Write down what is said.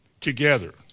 together